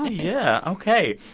yeah. ok.